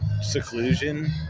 seclusion